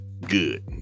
good